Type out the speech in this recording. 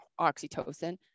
oxytocin